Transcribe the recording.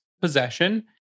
possession